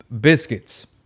biscuits